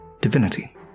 divinity